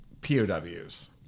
POWs